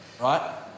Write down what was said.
Right